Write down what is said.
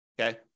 Okay